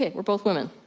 yeah we're both women.